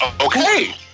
Okay